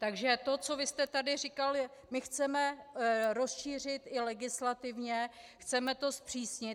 Takže to, co vy jste tady říkal, my chceme rozšířit i legislativně, chceme to zpřísnit.